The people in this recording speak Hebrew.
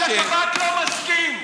ראש השב"כ לא מסכים.